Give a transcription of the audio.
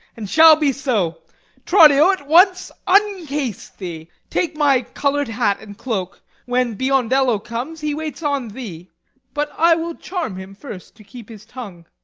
and shall be so tranio, at once uncase thee take my colour'd hat and cloak. when biondello comes, he waits on thee but i will charm him first to keep his tongue.